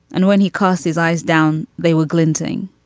and when he cast his eyes down, they were glinting.